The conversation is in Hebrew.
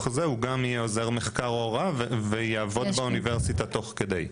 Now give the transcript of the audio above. כדי הוא יהיה עוזר מחקר או הוראה ויעבוד באוניברסיטה תוך כדי.